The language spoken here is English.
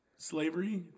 Slavery